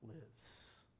lives